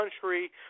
country